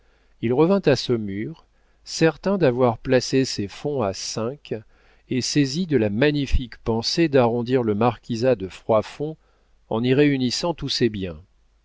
il revint à saumur certain d'avoir placé ses fonds à cinq et saisi de la magnifique pensée d'arrondir le marquisat de froidfond en y réunissant tous ses biens